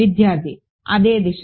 విద్యార్థి అదే దిశ